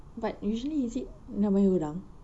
but usually is it ramai orang